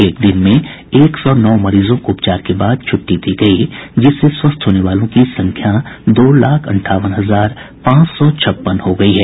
एक दिन में एक सौ नौ मरीजों को उपचार के बाद छुट्टी दी गई जिससे स्वस्थ होने वालों की संख्या दो लाख अंठावन हजार पांच सौ छप्पन हो गई है